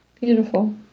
beautiful